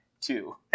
two